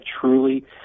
truly